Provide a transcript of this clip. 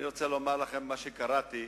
אני רוצה לומר לכם ממה שקראתי,